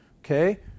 Okay